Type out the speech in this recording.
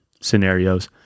scenarios